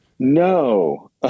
No